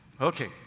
Okay